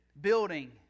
building